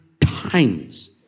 times